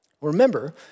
Remember